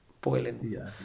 boiling